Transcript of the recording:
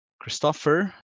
christopher